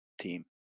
team